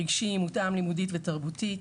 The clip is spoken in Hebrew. רגשי ומותאם לימודית ותרבותית.